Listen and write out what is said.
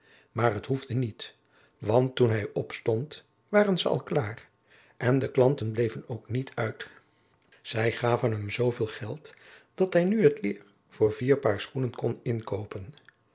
maar het hoefde niet want toen hij opstond waren ze al klaar en de klanten bleven ook niet uit zij gaven hem z veel geld dat hij nu het leêr voor vier paar schoenen kon inkoopen